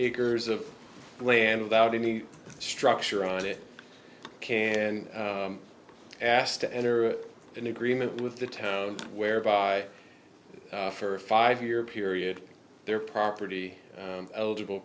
acres of land without any structure on it and asked to enter an agreement with the town whereby for a five year period their property eligible